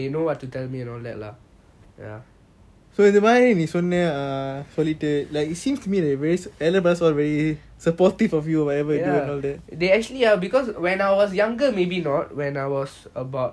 so நீ சொன்ன சொல்லிட்டு:nee sonna solitu it seems to me that all of them are really supportive of you whatever you do and all that they actually ya because when I was younger maybe not when I was about